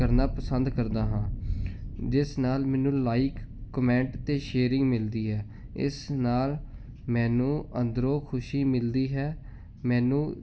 ਕਰਨਾ ਪਸੰਦ ਕਰਦਾ ਹਾਂ ਜਿਸ ਨਾਲ ਮੈਨੂੰ ਲਾਈਕ ਕਮੈਂਟ ਅਤੇ ਸ਼ੇਅਰਿੰਗ ਮਿਲਦੀ ਹੈ ਇਸ ਨਾਲ ਮੈਨੂੰ ਅੰਦਰੋਂ ਖੁਸ਼ੀ ਮਿਲਦੀ ਹੈ ਮੈਨੂੰ